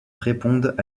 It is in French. répondent